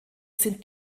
sind